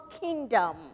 kingdom